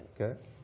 Okay